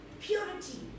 Purity